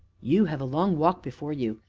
you have a long walk before you,